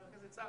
חבר הכנסת סער,